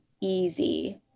easy